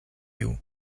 you